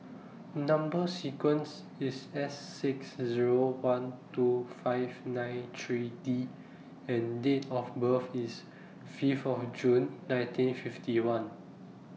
Number sequence IS S six Zero one two five nine three D and Date of birth IS Fifth of June nineteen fifty one